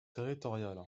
territoriales